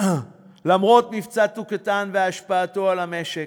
למרות מבצע "צוק איתן" והשפעתו על המשק,